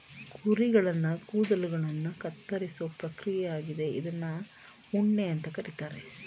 ಕುರಿಗಳಲ್ಲಿನ ಕೂದಲುಗಳನ್ನ ಕತ್ತರಿಸೋ ಪ್ರಕ್ರಿಯೆ ಆಗಿದೆ ಇದ್ನ ಉಣ್ಣೆ ಅಂತ ಕರೀತಾರೆ